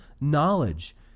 knowledge